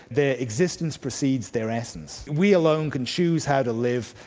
their existence precedes their essence. we alone can choose how to live,